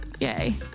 Yay